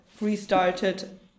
restarted